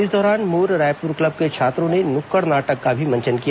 इस दौरान मोर रायपुर क्लब के छात्रों ने नुक्कड़ नाटक का भी मंचन किया